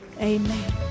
Amen